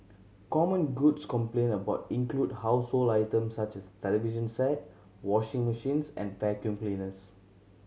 common goods complained about include household items such as television set washing machines and vacuum cleaners